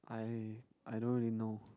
I I don't really know